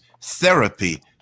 therapy